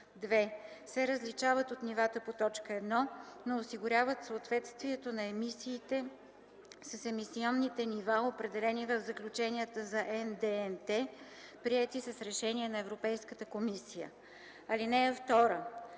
2. се различават от нивата по т. 1, но осигуряват съответствието на емисиите с емисионните нива, определени в заключенията за НДНТ, приети с решение на Европейската комисия. (2)